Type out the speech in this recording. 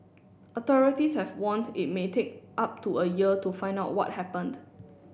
authorities have warned it may take up to a year to find out what happened